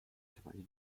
chevalier